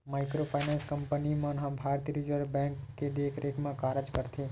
micro finance company मन ह भारतीय रिजर्व बेंक के देखरेख म कारज करथे